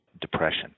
depression